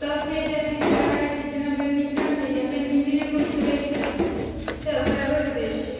तब फेर जाकऽ की कहै छै जेना बैटमिन्टन होइए बैटमिन्टने कोइ खेलैए तऽ ओकरा रोकि दै छै